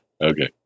Okay